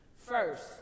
First